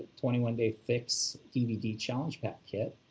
twenty one day fix dvd challenge pack kit.